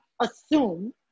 assume